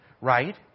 right